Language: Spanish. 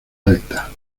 alta